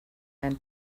and